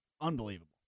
Unbelievable